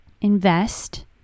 invest